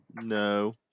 No